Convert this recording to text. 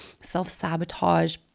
self-sabotage